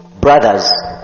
brothers